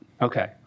Okay